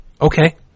Okay